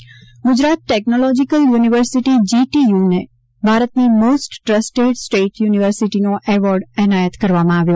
GTU Gujarat technological university જીટીયુને ભારતની most trusted state યુનિવર્સિટીનો એવોર્ડ એનાયત કરવામાં આવ્યો